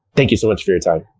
thank you so much for your time.